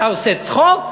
אתה עושה צחוק?